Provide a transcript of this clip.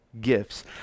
gifts